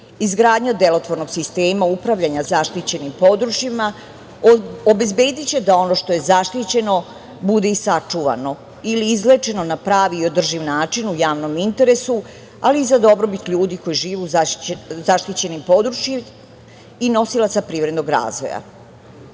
Izgradnja delotvornog sistema upravljanja zaštićenim područjima obezbediće da ono što je zaštićeno bude i sačuvano ili izlečeno na pravi i održiv način u javnom interesu, ali i za dobrobit ljudi koji žive u zaštićenim područjima i nosilaca privrednog